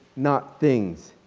not things.